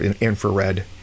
infrared